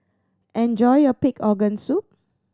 enjoy your pig organ soup